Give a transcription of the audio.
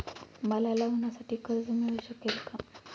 मला लग्नासाठी कर्ज मिळू शकेल का?